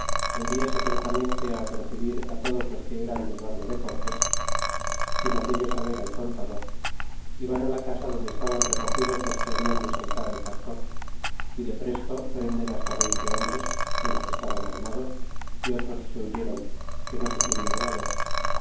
envia secretamente apercebir todos los que eran del bando de cortés sin hacello saber al contador y van la casa donde estaban recogidos los que hablan de soltar al factor y de presto prenden hasta veinte hombres de los que estaban armados y otros se huyeron que no se pudieron haber